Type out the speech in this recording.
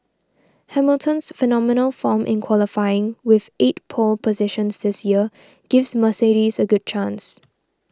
Hamilton's phenomenal form in qualifying with eight pole positions this year gives Mercedes a good chance